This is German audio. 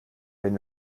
wenn